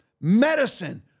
medicine